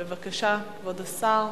בבקשה, כבוד השר.